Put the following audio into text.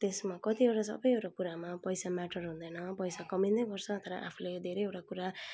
त्यसमा कतिवटा सबैवटा कुरामा पैसा म्याटर हुँदैन पैसा कमिँदै गर्छ तर आफूलाई धेरैवटा कुरा